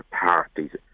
parties